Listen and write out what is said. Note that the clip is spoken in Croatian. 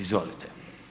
Izvolite.